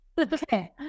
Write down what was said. Okay